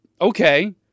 Okay